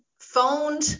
phoned